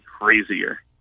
crazier